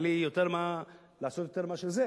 אין לי מה לעשות יותר מזה.